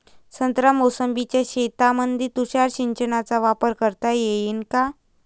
संत्रा मोसंबीच्या शेतामंदी तुषार सिंचनचा वापर करता येईन का?